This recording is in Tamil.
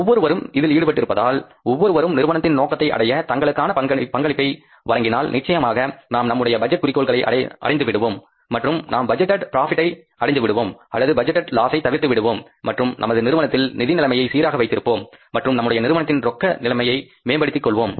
ஒவ்வொருவரும் இதில் ஈடுபட்டிருந்தால் ஒவ்வொருவரும் நிறுவனத்தின் நோக்கத்தை அடைய தங்களுக்கான பங்கை வழங்கினால் நிச்சயமாக நாம் நம்முடைய பட்ஜெட் குறிக்கோள்களை அடைந்து விடுவோம் மற்றும் நாம் பட்ஜெட்டேட் ப்ராபிட்டை அடைந்து விடுவோம் அல்லது பட்ஜெட்டேட் லாஸை தவிர்த்து விடுவோம் மற்றும் நமது நிறுவனத்தில் நிதி நிலைமையை சீராக வைத்திருப்போம் மற்றும் நம்முடைய நிறுவனத்தின் ரொக்க நிலைமையை மேம்படுத்திக் கொள்வோம்